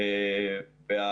גם